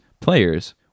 players